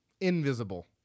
Invisible